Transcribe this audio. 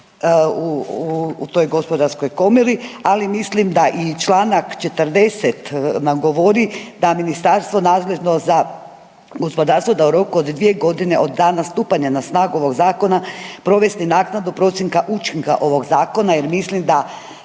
u toj Gospodarskoj komori. Ali mislim da i članak 40. Nam govori da ministarstvo nadležno za gospodarstvo, da u roku od dvije godine od dana stupanja na snagu ovog zakona provesti naknadu procjena učinka ovog zakona jer mislim da